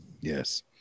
Yes